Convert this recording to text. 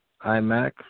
iMac